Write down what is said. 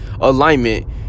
alignment